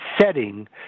setting